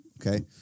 Okay